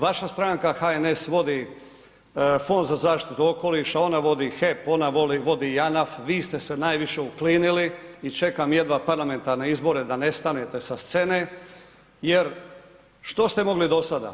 Vaša stranka HNS vodi Fond za zaštitu okoliša, ona vodi HEP, ona vodi JANAF, vi ste se najviše uklinili i čekam jedva parlamentarne izbore da nestanete sa scene jer što ste mogli do sada?